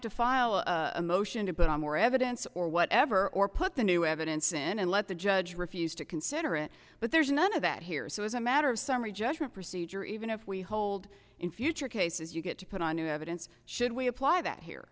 to file a motion to put on more evidence or whatever or put the new evidence in and let the judge refused to consider it but there's none of that here so as a matter of summary judgment procedure even if we hold in future cases you get to put on new evidence should we apply that here